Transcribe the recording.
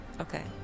Okay